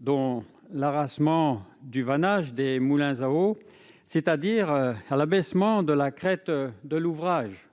dont l'arasement du vannage des moulins à eau, c'est-à-dire l'abaissement de la crête de l'ouvrage.